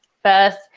First